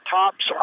tops